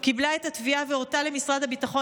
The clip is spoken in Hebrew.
היא קיבלה את התביעה והורתה למשרד הביטחון